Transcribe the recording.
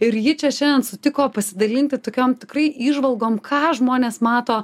ir ji čia šiandien sutiko pasidalinti tokiom tikrai įžvalgom ką žmonės mato